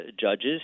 judges